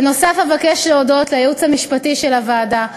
בנוסף, אבקש להודות לייעוץ המשפטי של הוועדה,